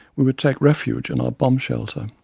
we would take refuge in our bomb shelter.